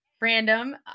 random